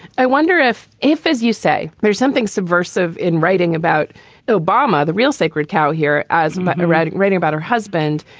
i wonder if if, as you say, there's something subversive in writing about obama, the real sacred cow here as and but erratic writing about her husband,